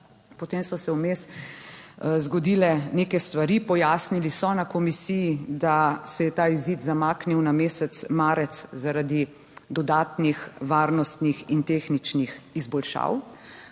Potem so se vmes zgodile neke stvari, pojasnili so na komisiji, da se je ta izid zamaknil na mesec marec zaradi dodatnih varnostnih in tehničnih izboljšav.